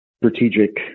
strategic